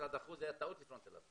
משרד החוץ, זה היה טעות לפנות אליו.